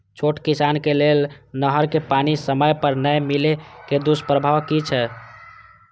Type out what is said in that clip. छोट किसान के लेल नहर के पानी समय पर नै मिले के दुष्प्रभाव कि छै?